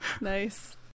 nice